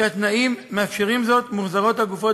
כשהתנאים מאפשרים זאת מוחזרות הגופות